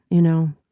you know,